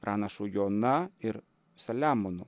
pranašu joana ir saliamonu